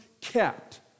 kept